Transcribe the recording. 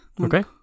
Okay